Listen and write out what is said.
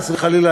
חס וחלילה,